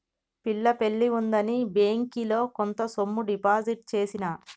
పిల్ల పెళ్లి ఉందని బ్యేంకిలో కొంత సొమ్ము డిపాజిట్ చేసిన